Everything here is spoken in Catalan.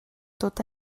tot